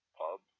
pub